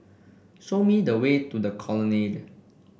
show me the way to The Colonnade